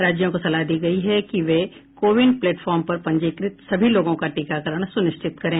राज्यों को सलाह दी गई है कि वे को विन प्लेटफार्म पर पंजीकृत सभी लोगों का टीकाकरण सुनिश्चित करें